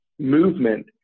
movement